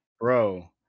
bro